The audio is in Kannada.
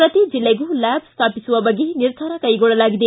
ಪ್ರತಿ ಜಿಲ್ಲೆಗೂ ಲ್ವಾಬ್ ಸ್ವಾಪಿಸುವ ಬಗ್ಗೆ ನಿರ್ಧಾರ ಕೈಗೊಳ್ಳಲಾಗಿದೆ